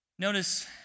Notice